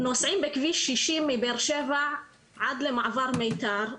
נוסעים בכביש 60 מבאר שבע עד למעבר מיתר.